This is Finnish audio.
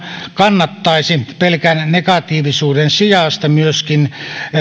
kannattaisi pelkän negatiivisuuden sijasta myöskin